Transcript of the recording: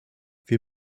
wir